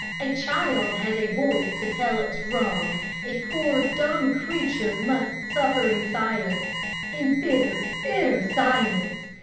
a child has a voice to tell its wrong a poor, dumb creature must suffer in silence in bitter, bitter silence.